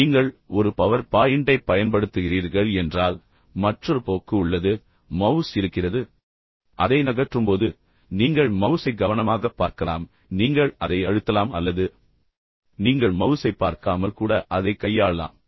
நீங்கள் ஒரு பவர் பாயிண்டைப் பயன்படுத்துகிறீர்கள் என்றால் மற்றொரு போக்கு உள்ளது மவுஸ் இருக்கிறது அதை நகற்றும் போது நீங்கள் மவுஸை கவனமாகப் பார்க்கலாம் பின்னர் நீங்கள் அதை அழுத்தலாம் அல்லது நீங்கள் மவுஸைப் பார்க்காமல் கூட அதைக் கையாளலாம்